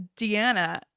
Deanna